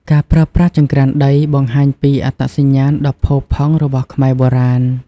ការប្រើប្រាស់ចង្រ្កានដីបង្ហាញពីអត្តសញ្ញាណដ៏ផូរផង់ របស់ខ្មែរបុរាណ។